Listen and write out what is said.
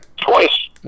Twice